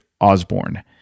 Osborne